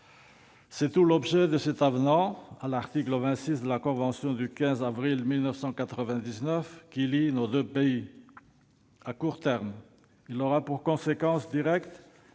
C'est tout l'objet de cet avenant à l'article 26 de la convention du 15 avril 1999 qui lie les deux pays. À court terme, il aura pour conséquence directe